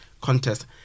contest